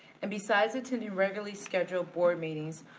and besides attending regularly scheduled board meetings,